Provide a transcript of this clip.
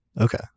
Okay